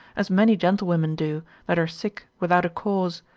as many gentlewomen do, that are sick, without a cause,